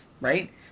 Right